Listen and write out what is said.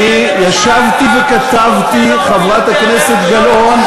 אני ישבתי וכתבתי, חברת הכנסת גלאון.